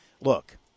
look